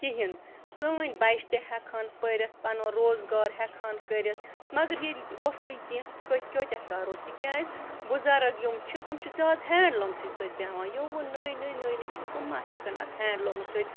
کِہینۍ سٲنۍ بَچہٕ تہِ ہٮ۪کہٕ ہَن پٔرِتھ پَنُن روزگار ہٮ۪کہٕ ہَن کٔرِتھ مگر ییٚلہِ تہِ اوسُے کیٚنٛہہ کۭتیٛاہ کَرو تِکیٛازِ بُزَرٕگ یِم چھِ تِم چھِ زیادٕ ہینٛڈلوٗمسٕے سۭتۍ بیٚہوان یِم وۄنۍ نٔے نٔے نٔے نٔے چھِ تِم مَہ ہٮ۪کَن اَتھ ہینٛڈلوٗمَس سۭتۍ